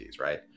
right